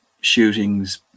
shootings